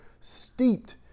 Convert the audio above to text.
steeped